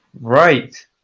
Right